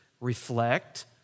Reflect